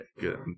good